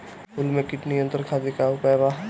फूल में कीट नियंत्रण खातिर का उपाय बा?